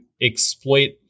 exploit